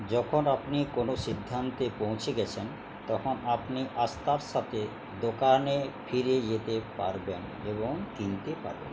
যখন আপনি কোনো সিদ্ধান্তে পৌঁছে গেছেন তখন আপনি আস্তা সাথে দোকানে ফিরে যেতে পারবেন এবং কিনতে পারবেন